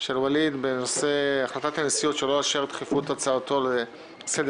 של ווליד בנושא: החלטת הנשיאות שלא לאשר דחיפות הצעתו לסדר